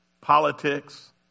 politics